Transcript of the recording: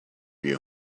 you